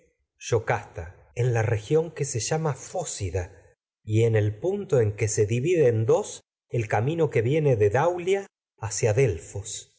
yocasta el en la región que se llama eócida que y en punto en que daulia hacia se divide en dos el camino viene de delfos